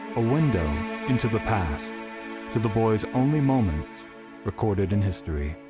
a window into the past to the boy's only moments recorded in history.